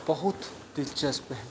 ਬਹੁਤ ਦਿਲਚਸਪ ਹੈ